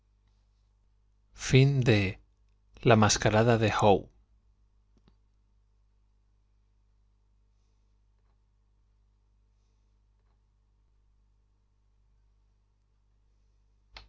i la mascarada de